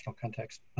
context